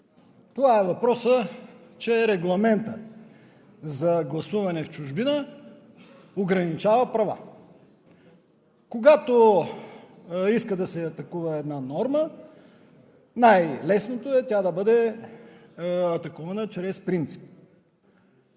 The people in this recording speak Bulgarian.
това е въпросът, че регламентът за гласуване в чужбина ограничава права. Когато иска да се атакува една норма, най-лесното е тя да бъде атакувана чрез принцип,